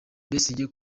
besigye